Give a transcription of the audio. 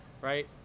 right